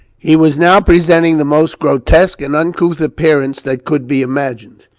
he was now presenting the most grotesque and uncouth appearance that could be imagined.